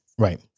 Right